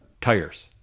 tires